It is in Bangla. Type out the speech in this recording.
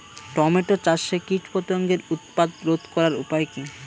টমেটো চাষে কীটপতঙ্গের উৎপাত রোধ করার উপায় কী?